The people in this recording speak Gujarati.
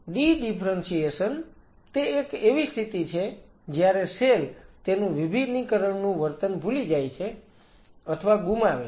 ડી ડિફરન્સિએશન તે એક એવી પરિસ્થિતિ છે જ્યારે સેલ તેનું વિભિન્નીકરણનું વર્તન ભૂલી જાય છે અથવા ગુમાવે છે